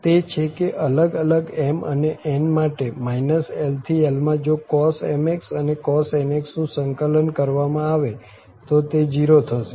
તે છે કે અલગ અલગ m અને n માટે l થી l માં જો cos mx અને cos nx નું સંકલન કરવામાં આવે તો તે 0 થશે